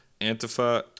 Antifa